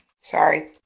Sorry